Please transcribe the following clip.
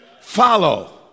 follow